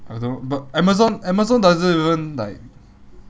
I don't know but amazon amazon doesn't even like